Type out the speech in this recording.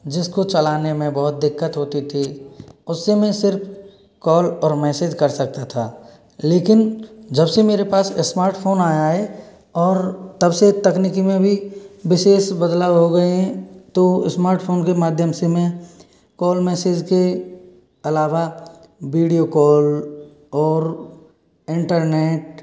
जिसको चलाने में बहुत दिक्कत होती थी उससे मैं सिर्फ कॉल और मैसेज कर सकता था लेकिन जब से मेरे पास स्मार्टफोन आया है और तब से तकनीकी में भी विशेष बदलाव हो गए हैं तो स्मार्टफोन के माध्यम से मैं कॉल मैसेज के अलावा वीडियो कॉल और इंटरनेट